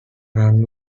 run